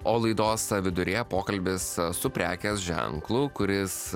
o laidos viduryje pokalbis su prekės ženklu kuris